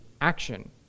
action